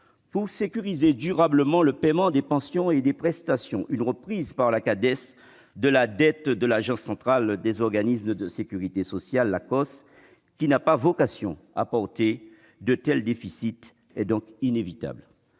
Pour sécuriser durablement le paiement des pensions et des prestations, une reprise par la Cades de la dette de l'Agence centrale des organismes de sécurité sociale, l'Acoss, qui n'a pas vocation à porter de tels déficits, est donc inévitable.